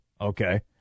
Okay